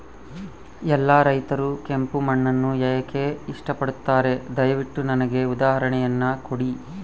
ಎಲ್ಲಾ ರೈತರು ಕೆಂಪು ಮಣ್ಣನ್ನು ಏಕೆ ಇಷ್ಟಪಡುತ್ತಾರೆ ದಯವಿಟ್ಟು ನನಗೆ ಉದಾಹರಣೆಯನ್ನ ಕೊಡಿ?